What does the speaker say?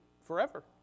forever